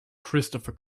christopher